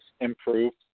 improved